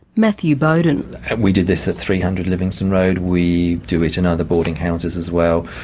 matthew bowden we did this at three hundred livingston road we do it in other boarding houses as well.